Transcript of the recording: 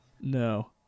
No